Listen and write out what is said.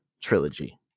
trilogy